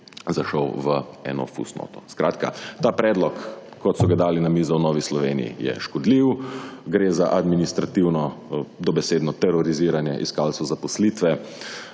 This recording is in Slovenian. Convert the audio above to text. zašel v eno / nerazumljivo/ Skratka ta predlog, kot so ga dali na mizo v Novi Sloveniji je škodljiv, gre za administrativno, dobesedno teroriziranje iskalcev zaposlitve